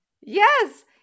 Yes